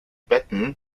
betten